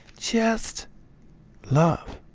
just love.